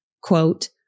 quote